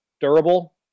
durable